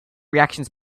reactions